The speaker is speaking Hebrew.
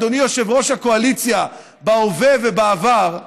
אדוני יושב-ראש הקואליציה בהווה ובעבר,